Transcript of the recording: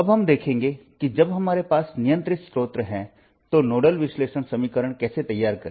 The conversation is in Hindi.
अब हम देखेंगे कि जब हमारे पास नियंत्रित स्रोत हैं तो नोडल विश्लेषण समीकरण कैसे तैयार करें